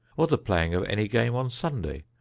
or the playing of any game on sunday,